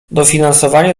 dofinansowano